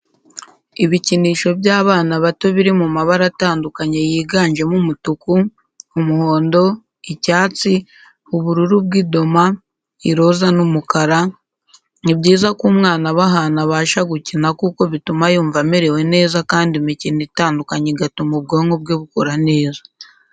Ibikinisho by'abana bato biri mu mabara atandukanye yiganjemo umutuku, umuhondo, icyatsi, ubururu bw'idoma, iroza n'umukara, Ni byiza ko umwana aba ahantu abasha gukina kuko bituma yumva amerewe neza kandi imikino itandukanye igatuma ubwonko bwe bukora neza.